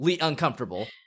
uncomfortable